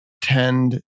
tend